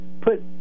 put –